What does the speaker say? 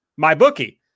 MyBookie